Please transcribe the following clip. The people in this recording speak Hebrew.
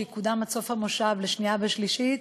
שיקודם עד סוף המושב לשנייה ושלישית,